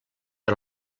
per